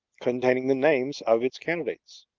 containing the names of its candidates.